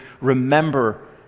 remember